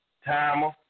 Timer